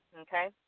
okay